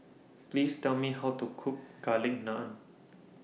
Please Tell Me How to Cook Garlic Naan